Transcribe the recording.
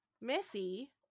Missy